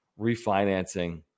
refinancing